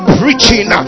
preaching